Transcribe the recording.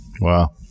Wow